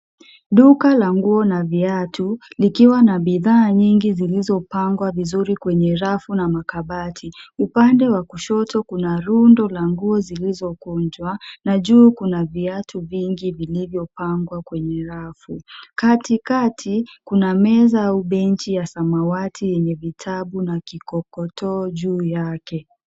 Duka la nguo na viatu, likiwa na bidhaa nyingi zilizopangwa vizuri kwenye rafu na makabati. Upande wa kushoto kuna rundo la nguo zilizokunjwa na juu kuna viatu vingi vilivyopangwa kwenye rafu. Katikati kuna meza au bench ya samawati yenye vitabu na kikokotoo juu yake.